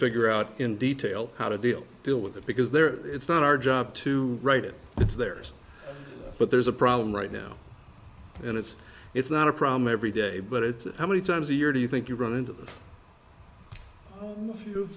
figure out in detail how to deal deal with it because they're it's not our job to write it it's theirs but there's a problem right now and it's it's not a problem every day but it's how many times a year do you think you run into th